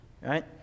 right